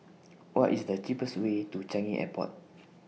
What IS The cheapest Way to Changi Airport